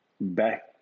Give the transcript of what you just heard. back